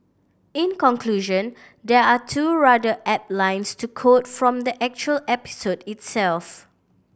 in conclusion there are two rather apt lines to quote from the actual episode itself